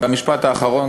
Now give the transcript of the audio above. והמשפט האחרון,